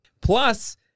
plus